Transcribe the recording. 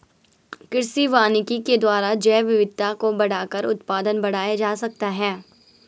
कृषि वानिकी के द्वारा जैवविविधता को बढ़ाकर उत्पादन बढ़ाया जा सकता है